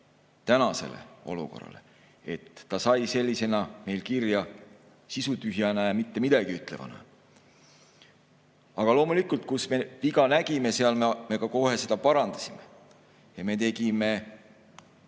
tänasele olukorrale. See sai sellisena meil kirja sisutühja ja mittemidagiütlevana. Aga loomulikult, kus me viga nägime, me kohe seda ka parandasime. Me tegime